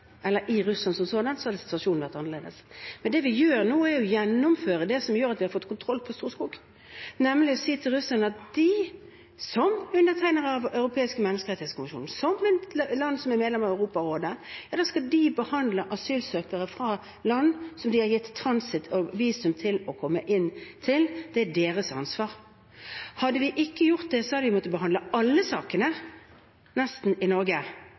eller i Russland som sådant, hadde situasjonen vært annerledes. Men det vi gjør nå, er å gjennomføre det som gjør at vi har fått kontroll på Storskog, nemlig å si til russerne at de, som undertegnere av Den europeiske menneskerettskonvensjonen, som et land som er medlem av Europarådet, skal behandle asylsøkere fra land som de har gitt transitt og visum til for å komme inn. Det er deres ansvar. Hadde vi ikke gjort det, hadde vi måttet behandle nesten alle sakene i Norge.